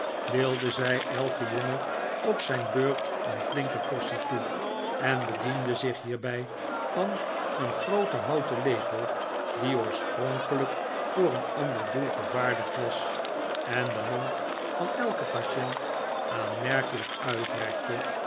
deelde zij elken jongen op zijn beurt een flinke portie toe en bediende zich hierbij van een grooten houten lepel die oorspronkelijk voor een ander doel vervaardigd was en den mond van elken patient aanmerkelijk